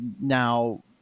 now